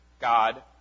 God